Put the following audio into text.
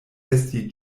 esti